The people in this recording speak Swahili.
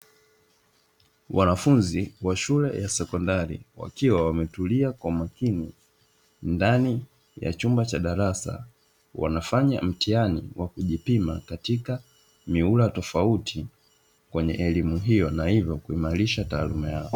Wanafunzi wa shule ya sekondari, wakiwa wametulia kwa makini ndani ya chumba cha darasa, wanafanya mtihani wa kujipima katika mihula tofauti kwenye elimu hiyo na hivyo kuimarisha taaluma yao.